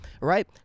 right